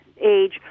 age